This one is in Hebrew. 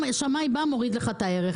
שמאי בא מוריד לך את הערך.